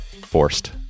forced